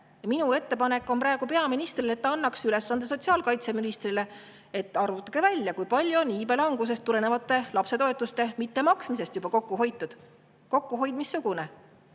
Minu ettepanek on praegu peaministrile, et ta annaks sotsiaalkaitseministrile ülesande, et arvutagu välja, kui palju on iibelangusest tulenevate lapsetoetuste mittemaksmisega juba kokku hoitud. Kokkuhoid missugune!